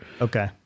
Okay